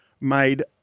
made